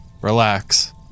relax